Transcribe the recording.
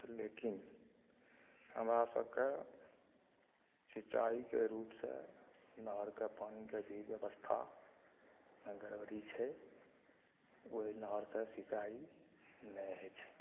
लेकिन हमरा सबके सिंचाइके रूप से नहरके पानिके भी व्यवस्थामे गड़बड़ी छै ओहि नहर से सिंचाइ नहि होइ छै